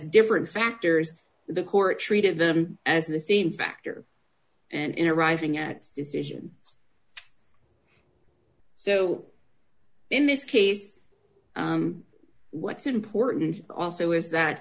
different factors the court treated them as the same factor and in arriving at decision so in this case what's important also is that